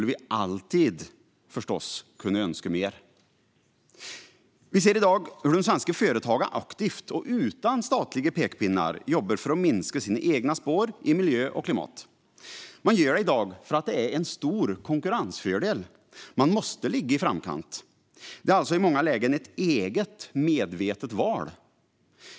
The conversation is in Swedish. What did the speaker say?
Sedan skulle vi förstås alltid kunna önska mer. Vi ser i dag hur de svenska företagen aktivt och utan statliga pekpinnar jobbar för att minska sina egna spår i miljö och klimat. De gör det i dag för att det är en stor konkurrensfördel. De måste ligga i framkant. Det är alltså i många lägen ett eget medvetet val.